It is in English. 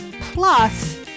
Plus